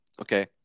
Okay